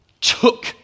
took